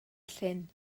llyn